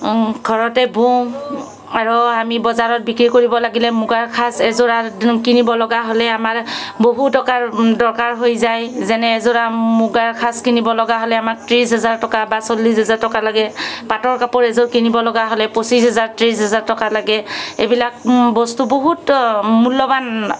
ঘৰতে বওঁ আৰু আমি বজাৰত বিক্ৰী কৰিব লাগিলে মুগাৰ সাঁজ এযোৰা কিনিব লগা হ'লে আমাৰ বহু টকাৰ দৰকাৰ হৈ যায় যেনে এযোৰা মুগাৰ সাঁজ কিনিব লগা হ'লে আমাক ত্ৰিছ হাজাৰ টকা বা চল্লিচ হাজাৰ টকা লাগে পাটৰ কাপোৰ এজোৰ কিনিবলগা হ'লে পঁচিশ হাজাৰ ত্ৰিছ হাজাৰ টকা লাগে এইবিলাক বস্তু বহুত মূল্যৱান